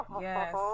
yes